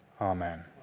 Amen